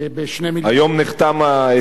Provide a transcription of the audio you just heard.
היום נחתם ההסכם.